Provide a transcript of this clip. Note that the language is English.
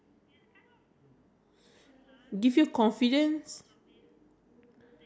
okay what useless subject ended up being useful to you later in life